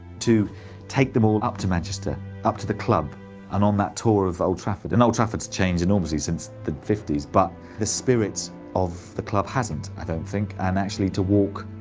to take them all up to manchester up to the club and on that tour of old trafford, and old trafford's changed enormously since the fifties, but the spirit of the club hasn't, i don't think. and um actually to walk